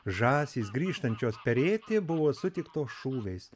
žąsys grįžtančios perėti buvo sutiktos šūviais